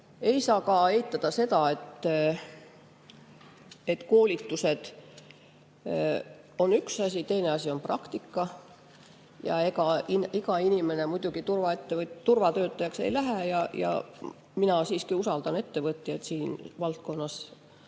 Ei saa eitada ka seda, et koolitused on üks asi, teine asi on praktika. Iga inimene muidugi turvatöötajaks ei lähe. Mina siiski usaldan ettevõtjaid selles valdkonnas.